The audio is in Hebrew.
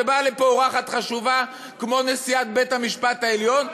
שבאה לפה אורחת חשובה כמו נשיאת בית-המשפט העליון,